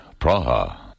Praha